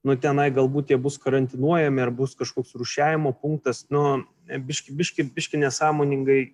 nu tenai galbūt jie bus karantinuojami ar bus kažkoks rūšiavimo punktas nu biškį biškį biškį nesąmoningai